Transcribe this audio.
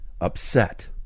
upset